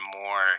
more